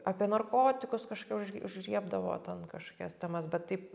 apie narkotikus kažką už užriebdavo ten kažkokias temas bet taip